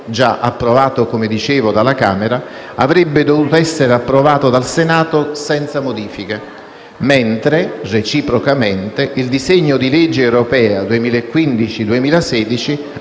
già approvato dalla Camera, avrebbe dovuto essere approvato dal Senato senza modifiche, mentre, reciprocamente, il disegno di legge europea 2015-2016,